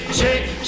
shake